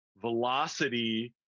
velocity